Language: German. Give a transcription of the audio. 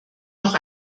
noch